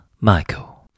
Michael